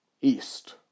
east